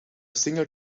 single